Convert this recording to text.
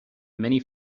many